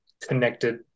connected